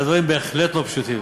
והדברים בהחלט לא פשוטים.